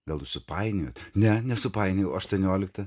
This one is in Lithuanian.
gal jūs supainiojot ne nesupainiojau aštuoniolikta